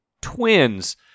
Twins